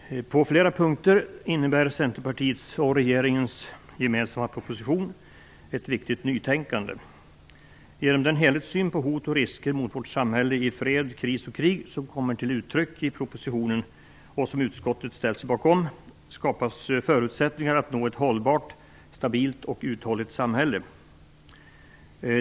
Herr talman! På flera punkter innebär Centerpartiets och regeringens gemensamma proposition ett viktigt nytänkande. Genom den helhetssyn på hot och risker mot vårt samhälle i fred, kris och krig som kommer till uttryck i propositionen och som utskottet har ställt sig bakom skapas förutsättningar att nå ett hållbart, stabilt och uthålligt samhälle.